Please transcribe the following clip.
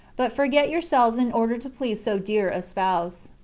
but forget your selves in order to please so dear a spouse.